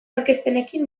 aurkezpenekin